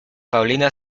paulina